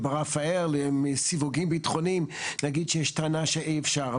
ברפא"ל מסיווגים ביטחוניים נגיד שיש טענה שאי אפשר.